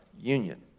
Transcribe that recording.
union